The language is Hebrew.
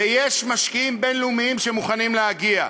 ויש משקיעים בין-לאומיים שמוכנים להגיע.